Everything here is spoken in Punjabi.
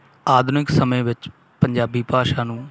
ਆਧੁਨਿਕ ਸਮੇਂ ਵਿੱਚ ਪੰਜਾਬੀ ਭਾਸ਼ਾ ਨੂੰ